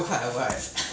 the one that yi kai go